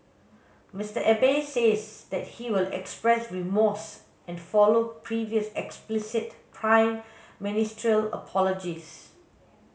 Mister Abe says that he will express remorse and follow previous explicit prime ministerial apologies